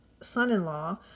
son-in-law